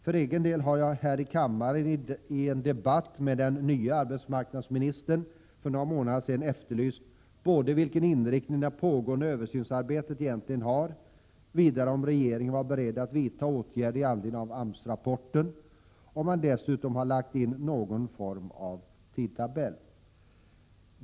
För egen del har jag här i kammaren i en debatt med den nya arbetsmarknadsministern för några månader sedan efterlyst ett svar om vilken inriktning det pågående översynsarbetet egentligen har, om regeringen var beredd att vidta åtgärder i anledning av AMS-rapporten och om man dessutom hade lagt in någon form av tidtabell.